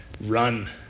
run